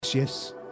Yes